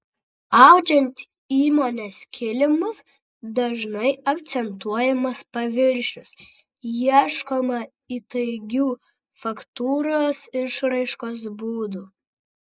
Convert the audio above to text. audžiant įmonės kilimus dažnai akcentuojamas paviršius ieškoma įtaigių faktūros išraiškos būdų